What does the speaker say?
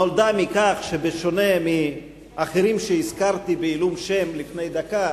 נולדה מכך שבשונה מאחרים שהזכרתי בעילום שם לפני דקה,